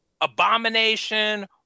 Abomination